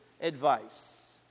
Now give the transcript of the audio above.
advice